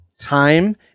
time